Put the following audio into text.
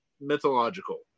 mythological